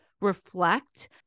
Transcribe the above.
Reflect